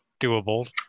Doable